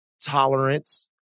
tolerance